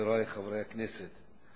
חברי חברי הכנסת,